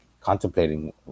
contemplating